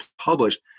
published